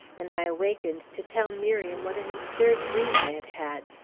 and i awakened to tell miriam what an absurd dream i had had.